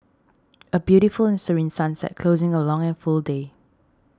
a beautiful and serene sunset closing a long and full day